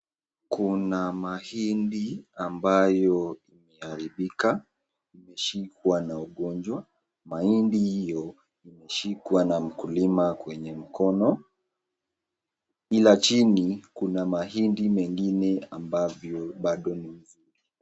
Kuna mahindi ambayo imeharibika imeshikwa na ugonjwa. Mahindi hio imeshikwa na mkulima kwenye mkono ila chini kuna mahindi mengine ambavyo bado ni...